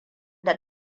da